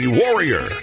warrior